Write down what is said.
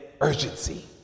urgency